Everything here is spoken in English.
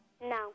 No